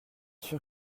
sûr